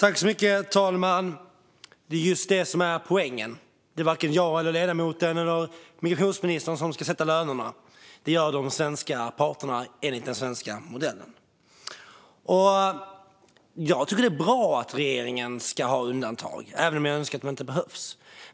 Fru talman! Det är just det som är poängen. Det är varken jag eller ledamoten som ska sätta lönerna, inte heller migrationsministern. Det gör de svenska parterna enligt den svenska modellen. Jag tycker att det är bra att regeringen ska göra undantag, även om jag hade önskat att de inte behövts.